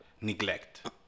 Neglect